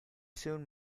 soon